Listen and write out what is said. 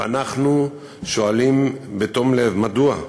ואנחנו שואלים בתום לב: מדוע?